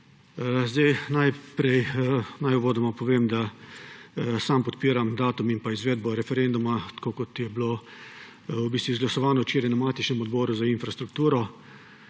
Najprej naj uvodoma povem, da sam podpiram datum in izvedbo referenduma, tako kot je bilo v bistvu izglasovano včeraj na matičnem Odboru za infrastrukturo.